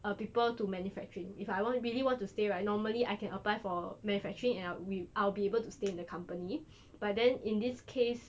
err people to manufacturing if I want really want to stay right normally I can apply for manufacturing and I we I'll be able to stay in the company but then in this case